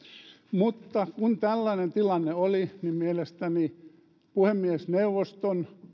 mutta kun tällainen tilanne oli niin mielestäni puhemiesneuvoston